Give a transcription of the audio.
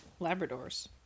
Labradors